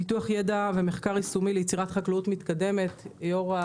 פיתוח ידע ליצירת חקלאות מתקדמת: יושב-ראש